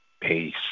Peace